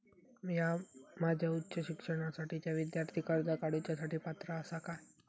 म्या माझ्या उच्च शिक्षणासाठीच्या विद्यार्थी कर्जा काडुच्या साठी पात्र आसा का?